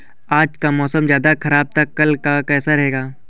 आज का मौसम ज्यादा ख़राब था कल का कैसा रहेगा?